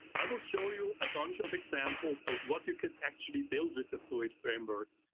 i will show you a bunch of examples of what you can actually build with the fluid framework.